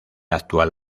actual